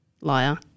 liar